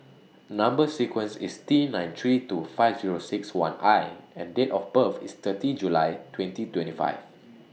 Number sequence IS T nine three two five Zero six one I and Date of birth IS thirty July twenty twenty five